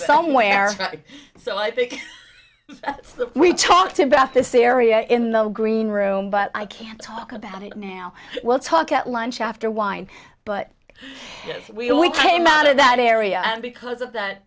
somewhere so i think we talked about this area in the green room but i can't talk about it now well talk at lunch after wine but we we came out of that area and because of that